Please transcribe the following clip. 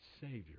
Savior